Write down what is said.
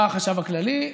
בא החשב הכללי,